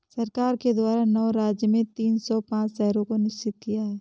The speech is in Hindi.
सरकार के द्वारा नौ राज्य में तीन सौ पांच शहरों को चिह्नित किया है